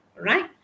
right